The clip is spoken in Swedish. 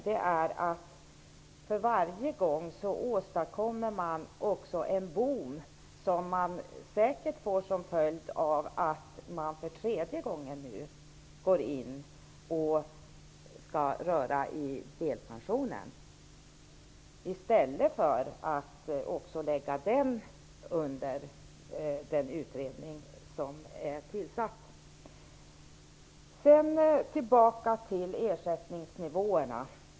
De är att man för varje gång åstadkommer en boom, vilket man säkert får som följd av att man nu för tredje gången skall röra i delpensionen, i stället för att också lägga den under den utredning som är tillsatt. Sedan tillbaka till ersättningsnivåerna.